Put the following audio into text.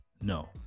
No